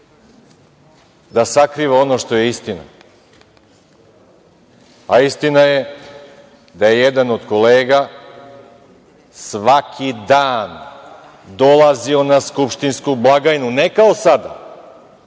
da sakriva ono što je istina, a istina je da je jedan od kolega svaki dan dolazio na skupštinsku blagajnu, ne kao sada,